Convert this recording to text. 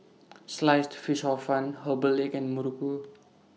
Sliced Fish Hor Fun Herbal Egg and Muruku